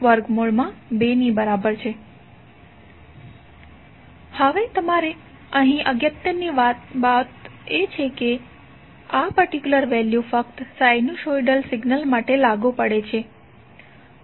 હવે તમારે અહીં અગત્યની વાતની નોંધ લેવી પડશે કે આ પર્ટિક્યુલર વેલ્યુ ફક્ત સાઈનુસોઇડલ સિગ્નલ માટે લાગુ પડે છે